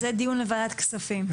זה דיון לוועדת כספים.